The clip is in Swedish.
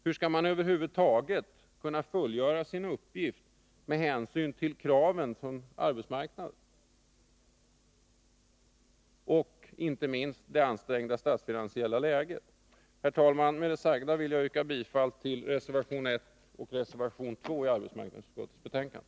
Hur skall man över huvud taget kunna fullgöra sin uppgift med hänsyn till kraven från arbetsmarknaden och inte minst med hänsyn till det ansträngda statsfinansiella läget? Herr talman! Med det sagda vill jag yrka bifall till reservationerna 1 och 2 som är fogade till utskottets betänkande.